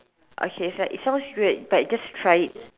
okay it's like it sounds weird but just try it